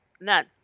None